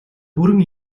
бүрэн